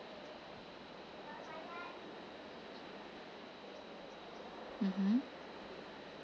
mmhmm